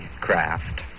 craft